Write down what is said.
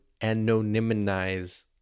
anonymize